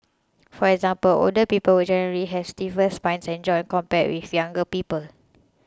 for example older people would generally has stiffer spines and joints compared with younger people